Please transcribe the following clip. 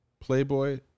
Playboy